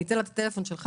אני אתן לה את הטלפון שלך?